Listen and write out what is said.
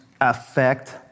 affect